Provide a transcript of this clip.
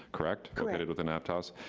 correct? correct. dated within aptos.